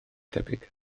tebyg